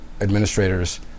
administrators